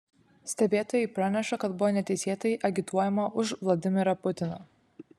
stebėtojai praneša kad buvo neteisėtai agituojama už vladimirą putiną